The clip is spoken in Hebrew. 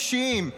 אישיים,